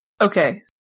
Okay